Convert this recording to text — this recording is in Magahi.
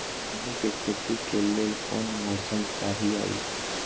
गेंहू के खेती के लेल कोन मौसम चाही अई?